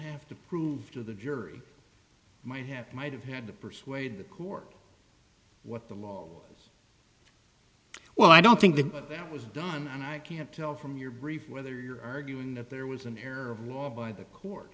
have to prove to the jury might have might have had to persuade the court what the law well i don't think the but that was done and i can't tell from your brief whether you're arguing that there was an error of law by the court